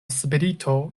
sprito